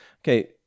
okay